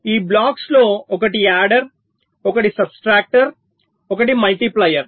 ఈ బ్లాక్స్ లో ఒకటి యాడెర్ ఒకటి సబ్స్ట్రాక్టర్ ఒకటి ముల్టీప్లైర్